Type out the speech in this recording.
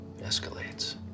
escalates